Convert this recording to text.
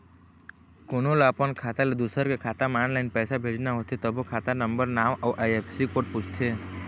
कोनो ल अपन खाता ले दूसर के खाता म ऑनलाईन पइसा भेजना होथे तभो खाता नंबर, नांव अउ आई.एफ.एस.सी कोड पूछथे